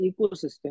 ecosystem